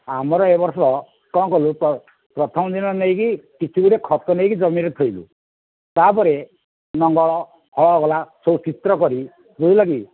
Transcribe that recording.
ଆମର ଏ ବର୍ଷ କ'ଣ କଲୁ ପ୍ରଥମ ଦିନ ନେଇକି କିଛିଗୁଡ଼ିଏ ଖତ ନେଇକି ଜମିରେ ଥୋଇଲୁ ତା'ପରେ ଲଙ୍ଗଳ ହଳ ଗଲା ସବୁ ଚିତ୍ର କରି ବୁଝିଲକି